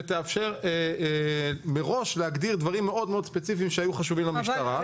שתאפשר מראש להגדיר דברים מאוד מאוד ספציפיים שהיו חשובים למשטרה.